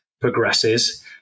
progresses